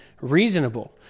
reasonable